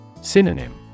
Synonym